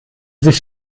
sich